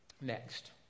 Next